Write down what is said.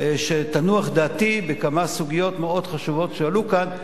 שתנוח דעתי בכמה סוגיות מאוד חשובות שעלו כאן,